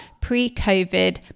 pre-COVID